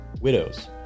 widows